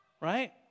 Right